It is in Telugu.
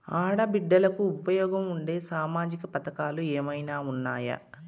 ఆడ బిడ్డలకు ఉపయోగం ఉండే సామాజిక పథకాలు ఏమైనా ఉన్నాయా?